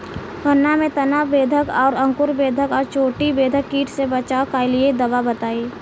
गन्ना में तना बेधक और अंकुर बेधक और चोटी बेधक कीट से बचाव कालिए दवा बताई?